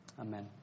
Amen